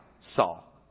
Saul